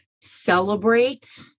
celebrate